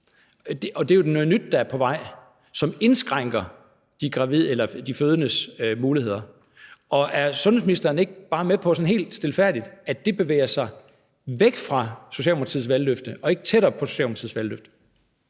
Det er jo noget nyt, der er på vej, som indskrænker de fødendes muligheder. Er sundheds- og ældreministeren ikke bare sådan helt stilfærdigt med på, at det bevæger sig væk fra Socialdemokratiets valgløfte og ikke tættere på Socialdemokratiets valgløfte?